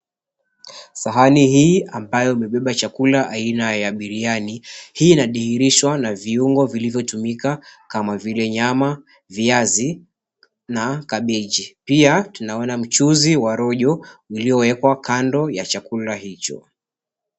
Sahani hii ambayo imebeba chakula aina ya biriani. Hii inadhihirishwa na viungo vilivyotumika kama vile nyama, viazi na kabeji. Pia tunaona mchuzi wa rojo uliowekwa kando ya chakula hicho.